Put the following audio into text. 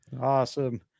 Awesome